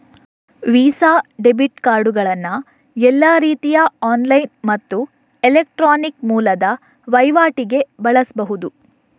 visa debit ಕಾರ್ಡುಗಳನ್ನ ಎಲ್ಲಾ ರೀತಿಯ ಆನ್ಲೈನ್ ಮತ್ತು ಎಲೆಕ್ಟ್ರಾನಿಕ್ ಮೂಲದ ವೈವಾಟಿಗೆ ಬಳಸ್ಬಹುದು